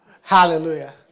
Hallelujah